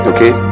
Okay